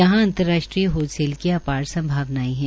यहां अंतर्राष्ट्रीय होलसेल की अपार संभावनाएं है